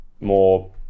more